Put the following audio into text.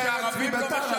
הם לא זה.